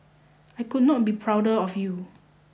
I could not be prouder of you